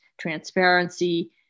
transparency